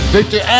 Victor